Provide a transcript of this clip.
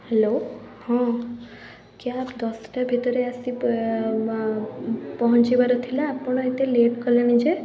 hello ହଁ cab ଦଶଟା ଭିତରେ ଆସି ପହଞ୍ଚିବାର ଥିଲା ଆପଣ ଏତେ ଲେଟ୍ କଲେଣି ଯେ